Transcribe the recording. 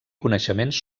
coneixements